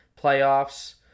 playoffs